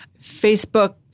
Facebook